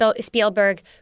Spielberg